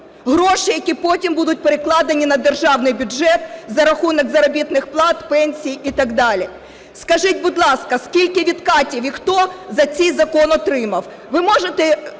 Гроші, які потім будуть перекладені на державний бюджет за рахунок заробітних плат, пенсій і так далі. Скажіть, будь ласка, скільки відкатів і хто за цей закон отримав?